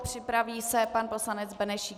Připraví se pan poslanec Benešík.